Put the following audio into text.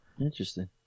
Interesting